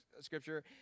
scripture